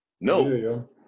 No